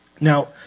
Now